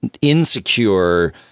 insecure